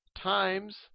times